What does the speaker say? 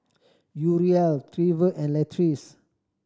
Uriel Trever and Latrice